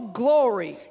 glory